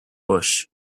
bush